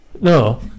No